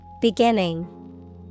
Beginning